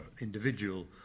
individual